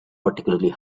particularly